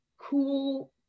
cool